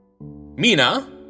Mina